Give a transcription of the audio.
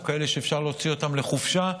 או כאלה שאפשר להוציא אותם לחופשה,